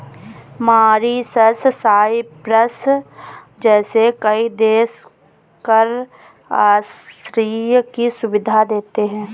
Mauritius, Cyprus जैसे कई देश कर आश्रय की सुविधा देते हैं